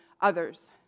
others